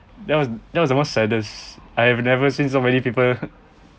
that was that was the most saddest I have never seen so many people